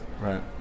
right